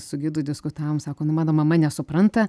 su gidu diskutavom sako nu mano mama nesupranta